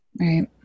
Right